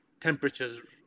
temperatures